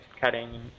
cutting